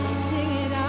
singing